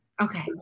Okay